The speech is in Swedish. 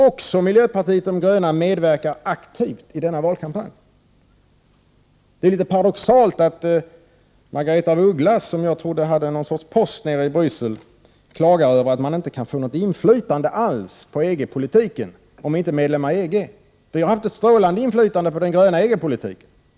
Också miljöpartiet de gröna medverkar aktivt i denna valkampanj. Det är litet paradoxalt att Margaretha af Ugglas, som jag trodde hade någon sorts post nere i Bryssel, klagar över att man inte kan få något inflytande alls på EG-politiken utan att vara medlem i EG. Vi har haft ett strålande inflytande på den gröna EG-politiken.